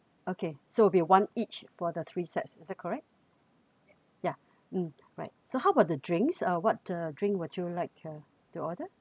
okay so it will be one each for the three sets is that correct yeah mm right so how about the drinks uh what uh drink would you like uh to order